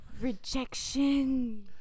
Rejection